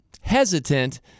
hesitant